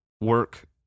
work